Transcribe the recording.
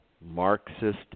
Marxist